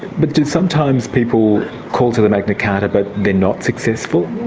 but do sometimes people call to the magna carta but they're not successful?